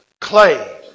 clay